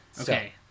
Okay